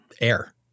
air